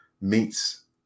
meets